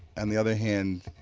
and the other hand,